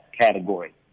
category